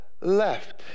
left